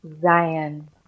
Zion